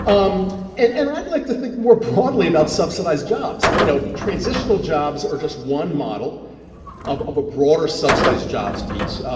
um and and i'd like to think more broadly about subsidized jobs. you know, transitional jobs are just one model of of a broader subsidized jobs piece,